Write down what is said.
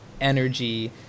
energy